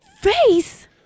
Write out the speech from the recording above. Face